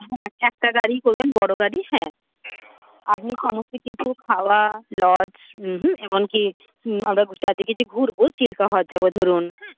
হ্যাঁ একটা একটা গাড়িই করবেন বড়ো গাড়ি হ্যাঁ আপনি সমস্ত কিন্তু খাওয়া লজ মিলিয়ে এমন কি চারিদিকে যে ঘুরবো চিল্কা হ্রদ যাবো ধরুন